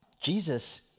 Jesus